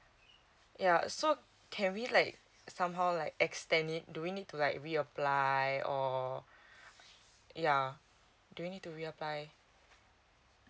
yeah so can we like somehow like extend it do we need to like re apply or yeah do we need to reapply